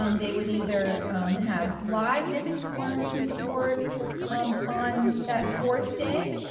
um they would either have live distance learning support on that fourth day,